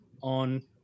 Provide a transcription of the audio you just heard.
on